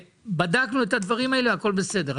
בדקתם את הדברים האלה והכול בסדר,